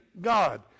God